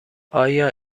آیا